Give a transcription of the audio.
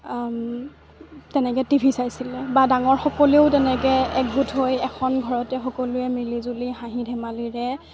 তেনেকৈ T V চাইছিলে বা ডাঙৰ সকলোৱেও তেনেকৈ একগোট হৈ এখন ঘৰতে সকলোৱে মিলিজুলি হাঁহি ধেমালিৰে